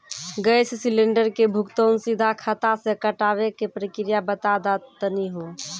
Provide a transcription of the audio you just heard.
Gas cylinder के भुगतान सीधा खाता से कटावे के प्रक्रिया बता दा तनी हो?